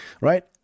Right